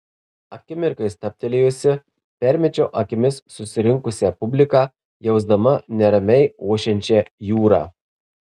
akimirkai stabtelėjusi permečiau akimis susirinkusią publiką jausdama neramiai ošiančią jūrą